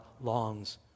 longs